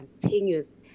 continuous